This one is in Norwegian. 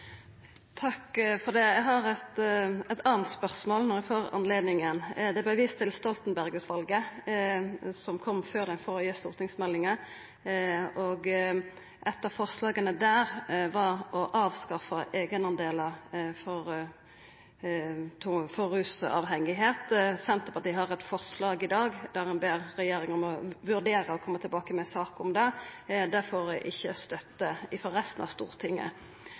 anna spørsmål, når eg har anledninga: Det vart vist til Stoltenberg-utvalet, som kom før den førre stortingsmeldinga, og eitt av forslaga der var å avskaffa eigendelar for rusavhengige. Senterpartiet har eit forslag i dag der vi ber regjeringa om å vurdera å koma tilbake med ei sak om det. Det får ikkje støtte frå resten av Stortinget.